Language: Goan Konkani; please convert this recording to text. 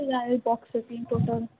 ले जाय बॉक्सी तीं टोटल